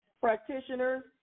practitioners